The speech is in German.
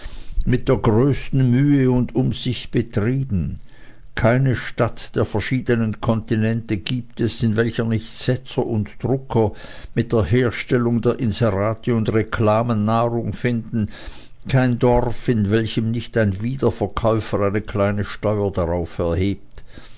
mit der größten mühe und umsicht betrieben keine stadt der verschiedenen kontinente gibt es in welcher nicht setzer und drucker mit der herstellung der inserate und reklamen nahrung finden kein dorf in welchem nicht ein wiederverkäufer eine kleine steuer darauf erhebt